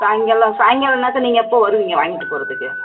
சாய்ங்காலம் சாய்ங்காலம்னாக்கா நீங்கள் எப்போ வருவீங்கள் வாங்கிட்டு போகிறதுக்கு